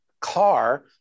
car